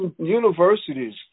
universities